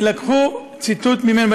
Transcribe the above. לקחו ציטוט ממנו,